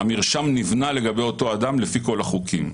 המרשם נבנה לגבי אותו אדם לפי כל החוקים.